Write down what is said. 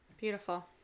Beautiful